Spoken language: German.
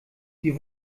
sie